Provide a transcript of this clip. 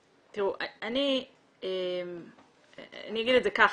תראו, אני אגיד את זה ככה.